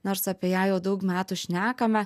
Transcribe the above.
nors apie ją jau daug metų šnekame